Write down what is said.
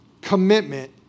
commitment